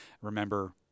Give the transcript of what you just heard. remember